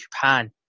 Japan